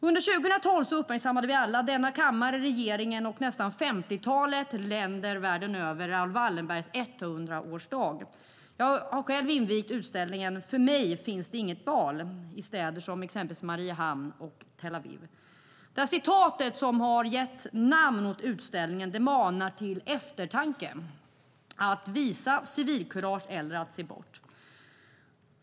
Under 2012 uppmärksammade vi alla, denna kammare, regeringen och nästan ett 50-tal länder världen över Raoul Wallenbergs 100-årsdag. Jag har själv invigt utställningen För mig finns inget annat val i städer som exempelvis Mariehamn och Tel Aviv. Det citat som har gett namn åt utställningen manar till eftertanke - att visa civilkurage eller att se bort.